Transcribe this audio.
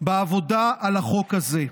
בעבודה על החוק הזה,